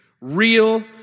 real